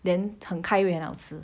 then 很开胃很好吃